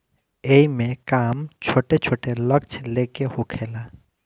एईमे काम छोट छोट लक्ष्य ले के होखेला